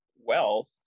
wealth